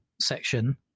section